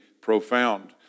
profound